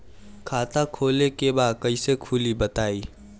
खाता खोले के बा कईसे खुली बताई?